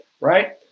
right